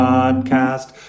Podcast